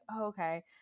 okay